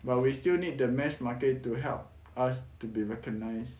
but we still need the mass market to help us to be recognised